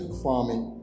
farming